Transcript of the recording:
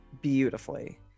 beautifully